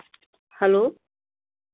hello